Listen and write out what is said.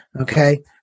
Okay